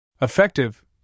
Effective